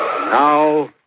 Now